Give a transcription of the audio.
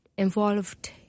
involved